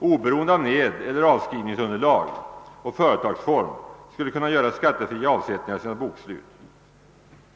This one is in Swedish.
oberoende av nedeller avskrivningsunderlag och företagsform skulle kunna göra skattefria avsättningar i sina bokslut.